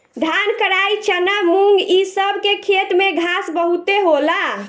धान, कराई, चना, मुंग इ सब के खेत में घास बहुते होला